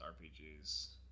RPGs